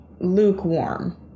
lukewarm